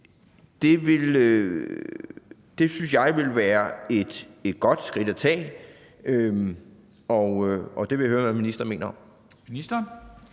Det synes jeg ville være et godt skridt at tage, og det vil jeg høre hvad ministeren mener om.